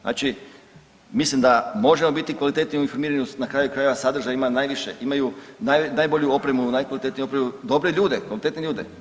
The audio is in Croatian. Znači, mislim da možemo biti kvalitetniji u informiranju na kraju krajeva sadržaj ima najviše, imaju najbolju opremu, najkvalitetniju opremu, dobre ljude, kompletne ljude.